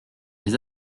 les